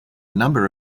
number